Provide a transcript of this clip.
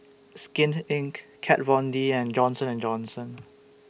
Skin Inc Kat Von D and Johnson and Johnson